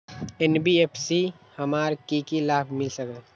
NBFC से हमार की की लाभ मिल सक?